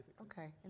Okay